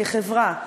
כחברה,